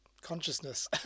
consciousness